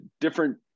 different